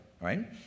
right